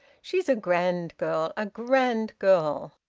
she's a grand girl, a grand girl!